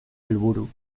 helburu